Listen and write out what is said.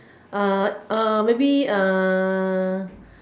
uh uh maybe uh